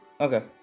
Okay